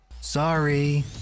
Sorry